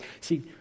See